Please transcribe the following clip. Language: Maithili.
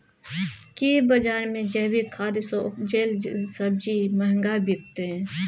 की बजार मे जैविक खाद सॅ उपजेल सब्जी महंगा बिकतै?